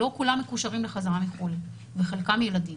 לא כולם מקושרים לחזרה מחו"ל, וחלקם ילדים,